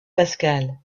pascal